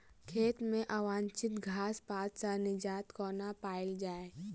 खेत मे अवांछित घास पात सऽ निजात कोना पाइल जाइ?